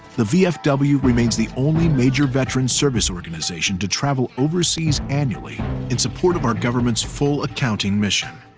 the vfw remains the only major veterans service organization to travel overseas annually in support of our government's full accounting mission.